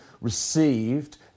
received